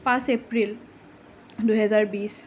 পাঁচ এপ্ৰিল দুহেজাৰ বিছ